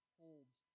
holds